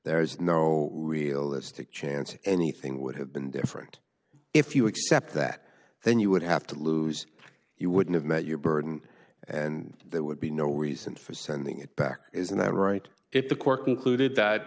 there is no real as to chance anything would have been different if you accept that then you would have to lose you wouldn't have met your burden and there would be no reason for sending it back isn't that right if the court concluded that